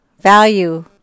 Value